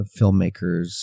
filmmakers